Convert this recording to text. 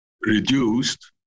reduced